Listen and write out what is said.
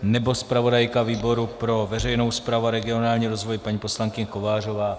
Nebo zpravodajka výboru pro veřejnou správu a regionální rozvoj paní poslankyně Kovářová?